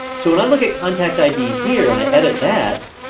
so when i look at contact id here, and i edit that,